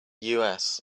usa